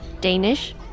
Danish